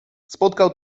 spotkał